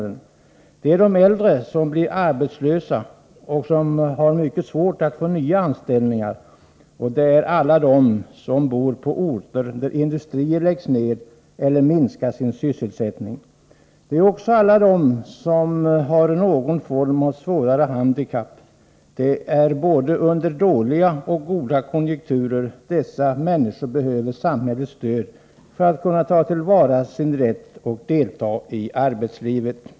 Det är de äldre, som blir arbetslösa och som har mycket svårt att få nya anställningar. Det är också alla de som bor på orter där industrier läggs ned eller minskar sin sysselsättning. Det är vidare alla de som har någon form av svårare handikapp. Både under dåliga och goda konjunkturer behöver dessa människor samhällets stöd för att kunna ta till vara sin rätt att delta i arbetslivet.